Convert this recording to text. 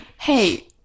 hey